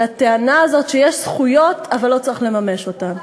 על הטענה הזאת שיש זכויות אבל לא צריך לממש אותן.